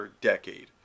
decade